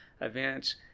events